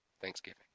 Thanksgiving